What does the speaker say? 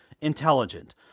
intelligent